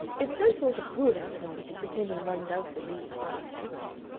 it's no sort of good, ann veronica, pretending one does believe when one doesn't.